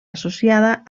associada